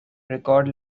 record